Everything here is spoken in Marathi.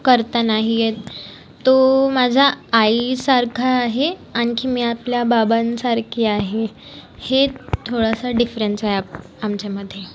करता नाही येत तो माझ्या आईसारखा आहे आणखी मी आपल्या बाबांसारखी आहे हे थोडासा डिफरन्स आहे आमच्यामध्ये